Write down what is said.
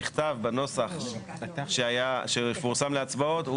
שנכתב בנוסח שפורסם להצבעות,